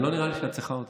לא נראה לי שאת צריכה אותי,